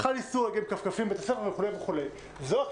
חל איסור להגיע עם כפכפים לבית הספר",